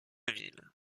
ville